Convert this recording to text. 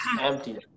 empty